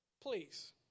Please